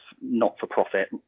not-for-profit